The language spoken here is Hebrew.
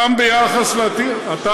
גם ביחס, בעוד דקה אני מוריד אותך.